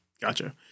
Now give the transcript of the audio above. gotcha